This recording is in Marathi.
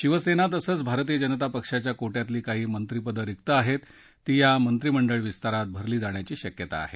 शिवसेना तसंच भारतीय जनता पक्षाच्या कोट्यातली काही मंत्रिपदं रिक्त आहेत ती या मंत्रिमंडळविस्तारात भरली जाण्याची शक्यता आहे